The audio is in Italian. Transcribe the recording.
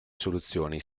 soluzioni